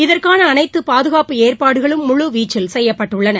இதற்கான அனைத்து பாதுகாப்பு ஏற்பாடுகள் முழு வீச்சில் செய்யப்பட்டுள்ளன